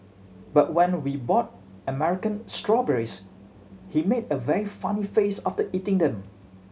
but when we bought American strawberries he made a very funny face after eating them